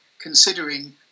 considering